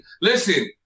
Listen